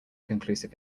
conclusive